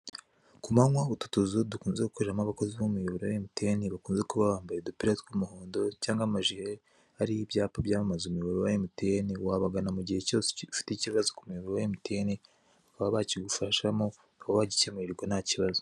Kumanywa ututuzu dukunze gukoreramo abakozi b'umuyoboro wa emutiyeni bakunze kuba bambaye udupira tw'umuhondo, cyangwa amajire ariho ibyapa byamamaza umurongo wa emutiyene wabagana igihe cyose ufite ikibazo k'umuyoboro wa emutiyene bakaba bakigufashamo ukaba wagikemurirwa ntakibazo.